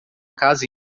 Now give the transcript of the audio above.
casa